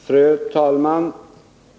Fru talman!